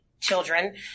children